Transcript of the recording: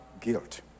guilt